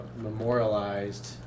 memorialized